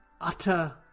utter